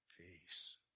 peace